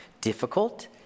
Difficult